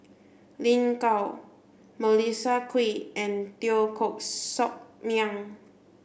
Lin Gao Melissa Kwee and Teo Koh Sock Miang